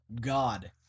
God